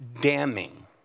damning